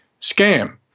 scam